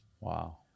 wow